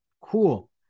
cool